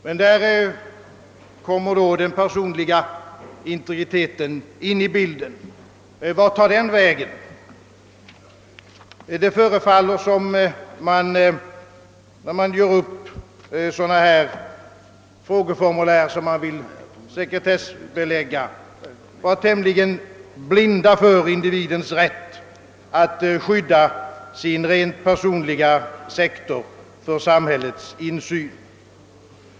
Men där kommer då den personliga integriteten in i bilden. Hur blir det med den? Det förefaller som om man, när man gör upp sådana här frågeformulär som man vill sekretessbelägga, vore tämligen blind för individens rätt att skydda sin rent personliga sektor för samhällets insyn.